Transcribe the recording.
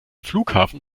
flughafen